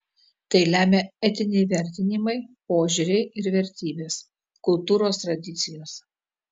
tai lemia etiniai vertinimai požiūriai ir vertybės kultūros tradicijos